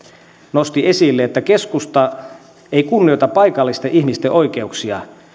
nosti esille että keskusta ei kunnioita paikallisten ihmisten oikeuksia